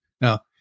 Now